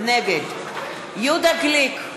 נגד יהודה גליק,